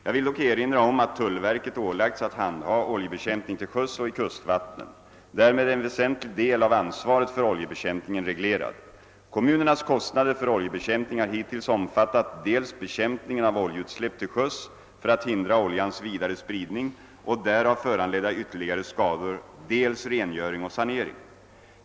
Jag vill dock erinra om att tullverket ålagts att handha oljebekämpning till sjöss och i kustvattnen. Därmed är en väsentlig del av ansvaret för oljebekämpningen reglerad. Kommunernas kostnader för oljebekämpning har hittills omfattat dels bekämpningen av oljeutsläpp till sjöss för att hindra oljans vidare spridning och därav föranledda ytterligare skador, dels rengöring och sanering.